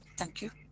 thank you.